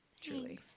Truly